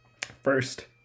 First